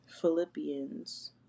Philippians